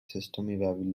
system